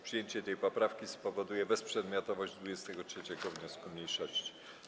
Przyjęcie tej poprawki spowoduje bezprzedmiotowość 23. wniosku mniejszości.